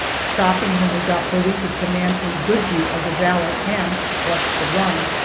stopping when we got where we could command a good view of the valley and watch the run.